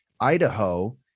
Idaho